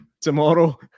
tomorrow